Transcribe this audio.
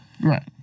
Right